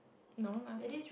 no lah